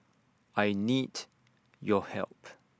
I need your help